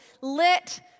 lit